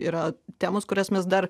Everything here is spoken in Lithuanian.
yra temos kurias mes dar